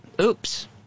oops